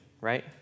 Right